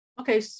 Okay